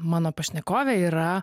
mano pašnekovė yra